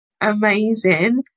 amazing